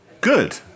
Good